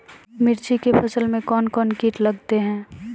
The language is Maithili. मिर्ची के फसल मे कौन कौन कीट लगते हैं?